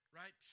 right